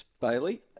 Bailey